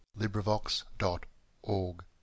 LibriVox.org